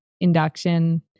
induction